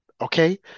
Okay